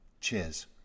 Cheers